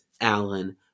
Allen